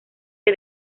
que